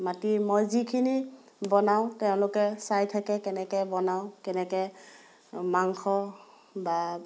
মাতি মই যিখিনি বনাওঁ তেওঁলোকে চাই থাকে কেনেকৈ বনাওঁ কেনেকৈ মাংস বা